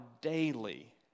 daily